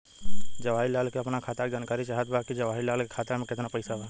जवाहिर लाल के अपना खाता का जानकारी चाहत बा की जवाहिर लाल के खाता में कितना पैसा बा?